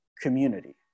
community